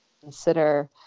consider